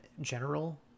general